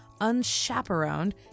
unchaperoned